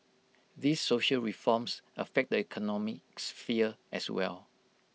these social reforms affect the economic sphere as well